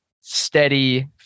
steady